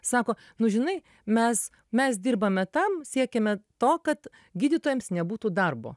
sako nu žinai mes mes dirbame tam siekiame to kad gydytojams nebūtų darbo